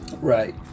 right